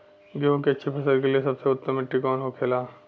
गेहूँ की अच्छी फसल के लिए सबसे उत्तम मिट्टी कौन होखे ला?